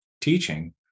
teaching